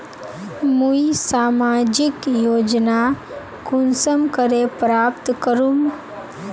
मुई सामाजिक योजना कुंसम करे प्राप्त करूम?